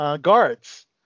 guards